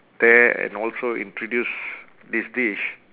there and also introduced this dish